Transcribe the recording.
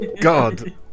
God